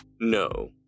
No